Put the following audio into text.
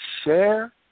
share